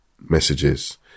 messages